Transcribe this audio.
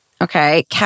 Okay